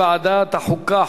לוועדת החוקה,